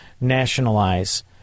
nationalize